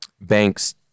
banks